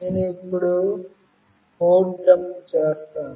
నేను ఇప్పుడు code dump చేస్తాను